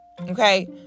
okay